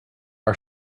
are